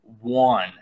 one